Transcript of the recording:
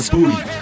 Booty